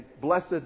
blessed